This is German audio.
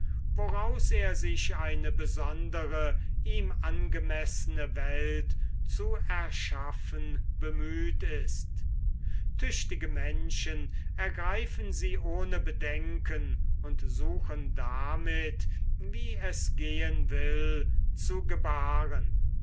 woraus er sich eine besondere ihm angemessene welt zu erschaffen bemüht ist tüchtige menschen ergreifen sie ohne bedenken und suchen damit wie es gehen will zu gebaren